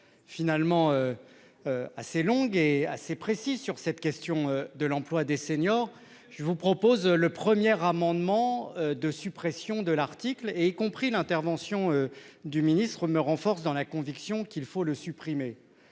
Finalement. Assez longue et assez précises sur cette question de l'emploi des seniors. Je vous propose le premier amendement de suppression de l'article et y compris l'intervention du ministre me renforce dans la conviction qu'il faut le supprimer.